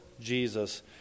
Jesus